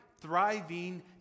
thriving